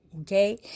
okay